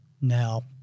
Now